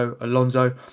Alonso